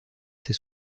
ses